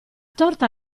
torta